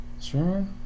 Sure